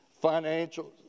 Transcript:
financial